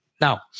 Now